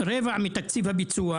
רבע מתקציב הביצוע